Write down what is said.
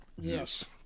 Yes